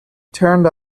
turned